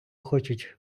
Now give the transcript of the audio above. хочуть